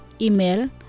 Email